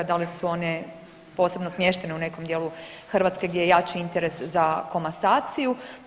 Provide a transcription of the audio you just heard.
Da li su one posebno smještene u nekom dijelu Hrvatske gdje je jači interes za komasaciju?